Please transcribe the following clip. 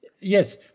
Yes